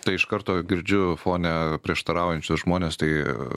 tai iš karto girdžiu fone prieštaraujančius žmones tai